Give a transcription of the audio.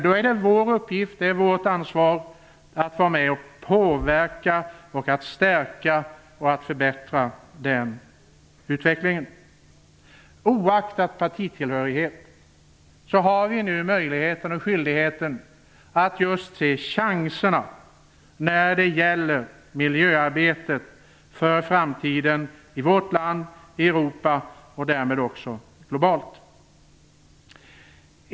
Då är det vår uppgift och vårt ansvar att påverka utvecklingen, stärka och förbättra. Oaktat partitillhörighet har vi nu möjligheter och skyldigheten att se chanserna när det gäller miljöarbetet för framtiden i vårt land, i Europa och därmed globalt.